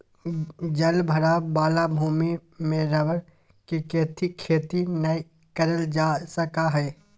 जल भराव वाला भूमि में रबर के खेती नय करल जा सका हइ